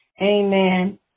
Amen